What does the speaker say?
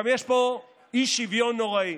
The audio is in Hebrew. גם יש פה אי-שוויון נוראי.